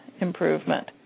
improvement